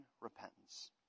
repentance